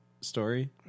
story